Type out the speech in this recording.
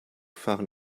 fahren